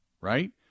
right